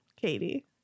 Katie